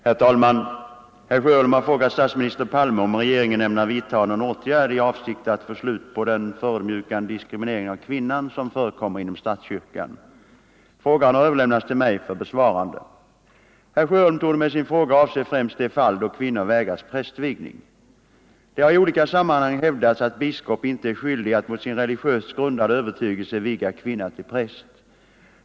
Herr talman! Herr Sjöholm har frågat statsminister Palme om regeringen ämnar vidtaga någon åtgärd i avsikt att få slut på den förödmjukande diskriminering av kvinnan som förekommer inom statskyrkan. Frågan har överlämnats till mig för besvarande. Herr Sjöholm torde med sin fråga avse främst de fall då kvinnor vägrats prästvigning. Det har i olika sammanhang hävdats att biskop inte är skyldig att mot sin religiöst grundade övertygelse viga kvinna till präst.